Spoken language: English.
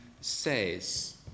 says